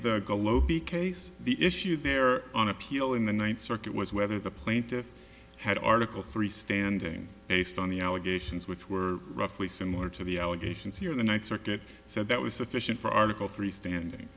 the case the issue there on appeal in the ninth circuit was whether the plaintiffs had article three standing based on the allegations which were roughly similar to the allegations here in the ninth circuit said that was sufficient for article three standing